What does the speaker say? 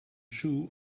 shoe